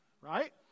right